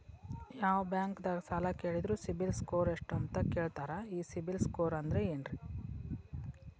ಯಾವ ಬ್ಯಾಂಕ್ ದಾಗ ಸಾಲ ಕೇಳಿದರು ಸಿಬಿಲ್ ಸ್ಕೋರ್ ಎಷ್ಟು ಅಂತ ಕೇಳತಾರ, ಈ ಸಿಬಿಲ್ ಸ್ಕೋರ್ ಅಂದ್ರೆ ಏನ್ರಿ?